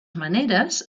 maneres